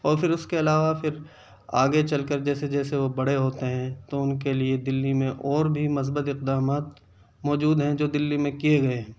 اور پھر اس کے علاوہ پھر آگے چل کر جیسے جیسے وہ بڑے ہوتے ہیں تو ان کے لیے دلی میں اور بھی مثبت اقدامات موجود ہیں جو دلی میں کیے گئے ہیں